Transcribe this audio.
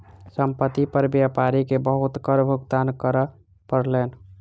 संपत्ति पर व्यापारी के बहुत कर भुगतान करअ पड़लैन